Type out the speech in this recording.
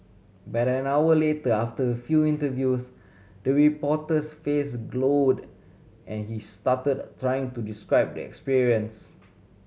but an hour later after feel interviews the reporter's face glowed and he stuttered trying to describe the experience